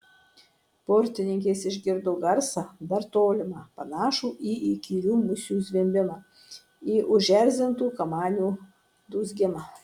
burtininkės išgirdo garsą dar tolimą panašų į įkyrių musių zvimbimą į užerzintų kamanių dūzgimą